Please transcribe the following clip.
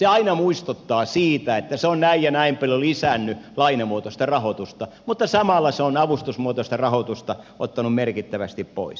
se aina muistuttaa siitä että se on näin ja näin paljon lisännyt lainamuotoista rahoitusta mutta samalla se on avustusmuotoista rahoitusta ottanut merkittävästi pois